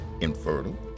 infertile